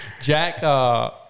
Jack